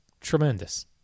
Tremendous